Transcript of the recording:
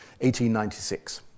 1896